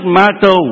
matter